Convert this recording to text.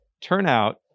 turnout